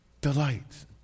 delights